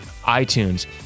iTunes